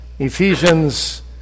Ephesians